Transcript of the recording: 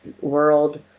world